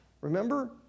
Remember